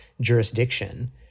jurisdiction